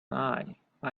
i—i